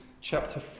chapter